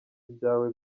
ibyawe